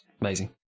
amazing